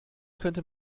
könnte